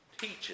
teaches